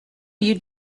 you